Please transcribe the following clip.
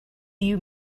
you